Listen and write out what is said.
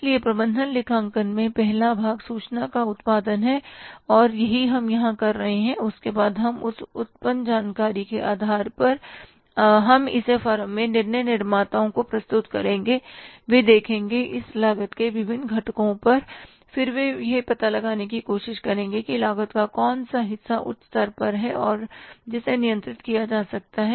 इसलिए प्रबंधन लेखांकन में पहला भाग सूचना का उत्पादन है और यही हम यहां कर रहे हैं और उसके बाद हम इस उत्पन्न जानकारी के आधार पर हम इसे फर्म में निर्णय निर्माताओं को प्रस्तुत करेंगे वे देखेंगे इस लागत के विभिन्न घटकों पर और फिर वे यह पता लगाने की कोशिश करेंगे कि लागत का कौन सा हिस्सा उच्च पक्ष पर है और जिसे नियंत्रित किया जा सकता है